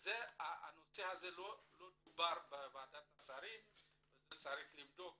הנושא הזה לא דובר בוועדת השרים ואת זה צריך לבדוק,